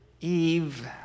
Eve